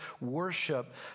worship